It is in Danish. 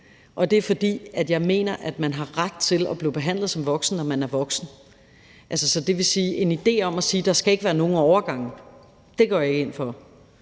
Det er, fordi jeg mener, man har ret til at blive behandlet som voksen, når man er voksen. Det vil sige: En idé om at sige, at der ikke skal være nogen overgange, går jeg ikke ind for.